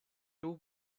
two